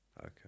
Okay